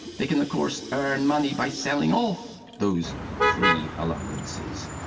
they can of course earn money by selling off those free allowances.